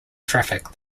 traffic